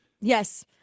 Yes